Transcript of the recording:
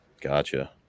Gotcha